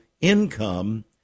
income